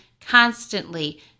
constantly